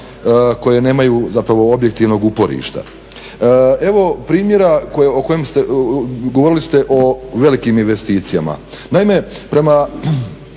koje nemaju zapravo objektivnog uporišta. Evo, primjera o kojem, govorili ste o velikim investicijama, naime prema